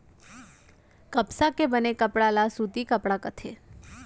कपसा के बने कपड़ा ल सूती कपड़ा कथें